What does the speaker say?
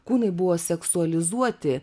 kūnai buvo seksualizuoti